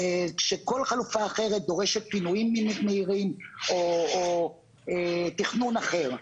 כשכל חלופה אחרת דורשת פינויים מהירים או תכנון אחר.